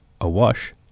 AWASH